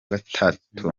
gatatu